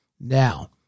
Now